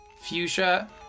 Fuchsia